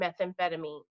methamphetamine